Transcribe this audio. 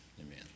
amen